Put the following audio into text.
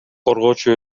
коргоочу